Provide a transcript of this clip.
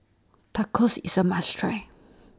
Tacos IS A must Try